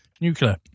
nuclear